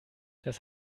das